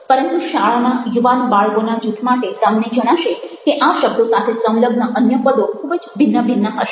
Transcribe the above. પરંતુ શાળાના યુવાન બાળકોના જૂથ માટે તમને જણાશે કે આ શબ્દો સાથે સંલગ્ન અન્ય પદો ખૂબ જ ભિન્ન ભિન્ન હશે